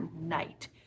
night